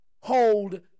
hold